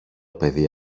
παιδί